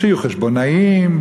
שיהיו חשבונאים,